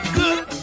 good